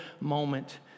moment